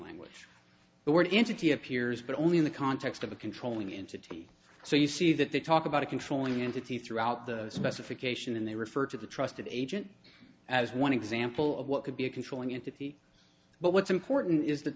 language the word entity appears but only in the context of a controlling into t so you see that they talk about controlling into t throughout the specification and they refer to the trusted agent as one example of what could be a controlling into people but what's important is that